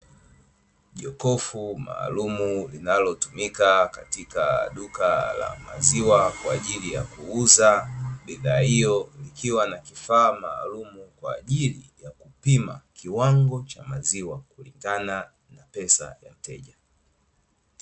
Jokofu maalumu linalotumika katika duka la maziwa kwa ajili ya kuuza bidhaa hiyo, likiwa na kifaa maalumu kwa ajili ya kupima, kiwango cha maziwa kulingana na pesa ya mteja.